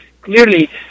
clearly